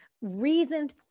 reason